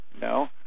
No